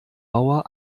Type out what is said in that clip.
bauer